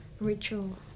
ritual